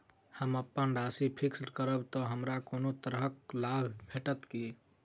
हम अप्पन राशि फिक्स्ड करब तऽ हमरा कोनो भी तरहक लाभ भेटत की?